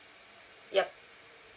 yup